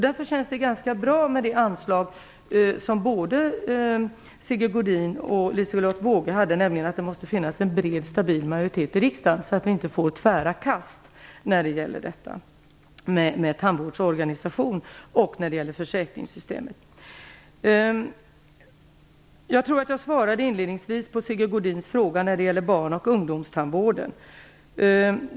Det känns därför ganska bra när både Sigge Godin och Liselotte Wågö säger att det måste finnas en bred och stabil majoritet i riksdagen så att vi inte får några tvära kast när det gäller tandvårdsorganisationen och försäkringssystemet. Jag tror att jag redan inledningsvis svarade på Sigge Godins fråga om barn och ungdomstandvården.